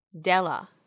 Della